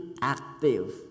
active